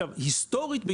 היסטורית,